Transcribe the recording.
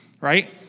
right